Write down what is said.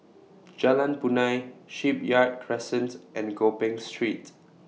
Jalan Punai Shipyard Crescent and Gopeng Street